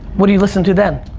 what do you listen to then?